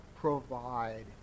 provide